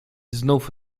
znów